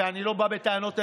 ואני לא בא בטענות אליך,